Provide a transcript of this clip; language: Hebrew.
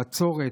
בצורת,